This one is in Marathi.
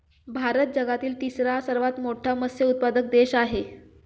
भारत जगातील तिसरा सर्वात मोठा मत्स्य उत्पादक देश आहे